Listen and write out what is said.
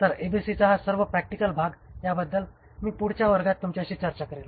तर एबीसीचा हा सर्व प्रॅक्टिकल भाग याबद्दल मी पुढच्या वर्गात तुमच्याशी चर्चा करीन